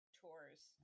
tours